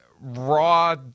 raw